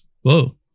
Whoa